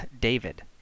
David